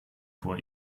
vor